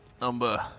Number